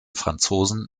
franzosen